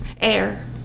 air